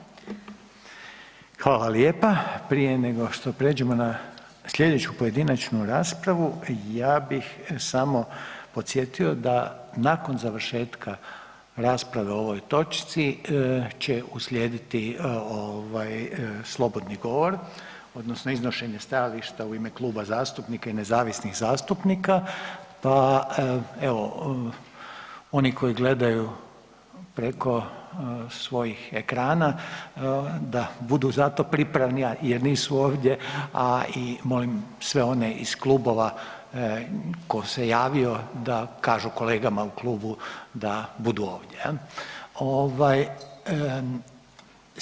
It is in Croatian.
Prije nego što pređemo na sljedeću pojedinačnu raspravu ja bih samo podsjetio da nakon završetka rasprave o ovoj točci će uslijediti slobodni govor, odnosno iznošenje stajališta u ime kluba zastupnika i nezavisnih zastupnika, pa evo, oni koji gledaju preko svojih ekrana, da budu za to pripravni jer nisu ovdje, a i molim sve one iz klubova tko se javio, da kažu kolegama u klubu da budu ovdje, je li.